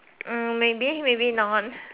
hmm maybe maybe not